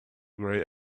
grey